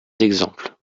d’exemple